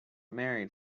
married